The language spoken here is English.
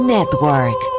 Network